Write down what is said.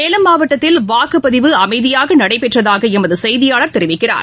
சேலம் மாவட்டத்தில் வாக்குப்பதிவு அமைதியாக நடைபெற்றதாக எமது செய்தியாளர் தெரிவிக்கிறார்